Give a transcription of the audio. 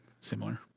similar